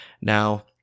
Now